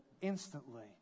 instantly